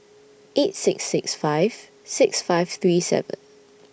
eight six six five six five three seven